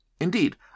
Indeed